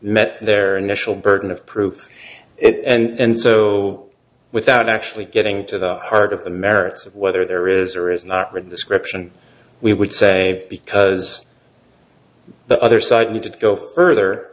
met their initial burden of proof it and so without actually getting to the heart of the merits of whether there is or is not written description we would say because the other side need to go further